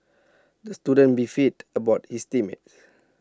the student beefed about his team mates